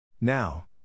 Now